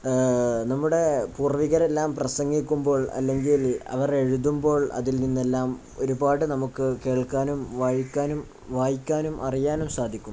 നമ്മുടെ പൂര്വികരെല്ലാം പ്രസംഗിക്കുമ്പോൾ അല്ലെങ്കില് അവർ എഴുതുമ്പോൾ അതിൽ നിന്നെല്ലാം ഒരുപാട് നമുക്കു കേൾക്കാനും വായിക്കാനും വായിക്കാനും അറിയാനും സാധിക്കും